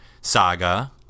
saga